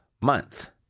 month